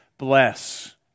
Bless